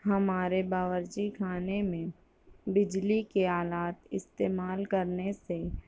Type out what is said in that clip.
ہمارے باورچی خانے میں بجلی کے آلات استعمال کرنے سے